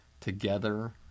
Together